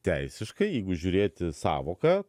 teisiškai jeigu žiūrėti sąvoką